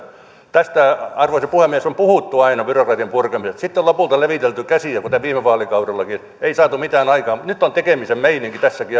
tästä arvoisa puhemies on puhuttu aina byrokratian purkamisesta sitten on lopulta levitelty käsiä kuten viime vaalikaudellakin ei saatu mitään aikaan mutta nyt on tekemisen meininki tässäkin